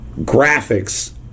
graphics